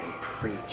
preach